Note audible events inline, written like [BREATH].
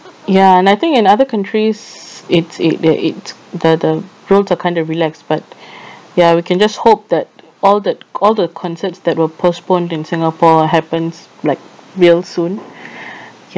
ya and I think in other countries it's it it it the the rules are kind of relaxed but [BREATH] ya we can just hope that all the all the concerts that were postponed in singapore happens like real soon [BREATH]